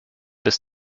bis